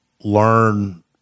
learn